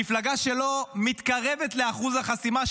מפלגה שלא מתקרבת לאחוז החסימה,